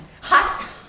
hot